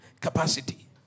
capacity